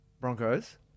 Broncos